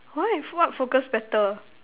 why fo~ what focus better